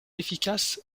efficace